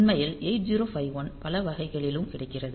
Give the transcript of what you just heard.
உண்மையில் 8051 பல வகைகளிலும் கிடைக்கிறது